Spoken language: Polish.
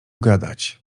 gadać